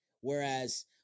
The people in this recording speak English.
Whereas